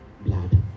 Blood